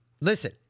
listen